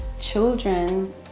children